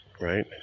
right